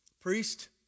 Priest